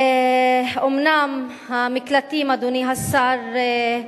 אומנם המקלטים, אדוני השר,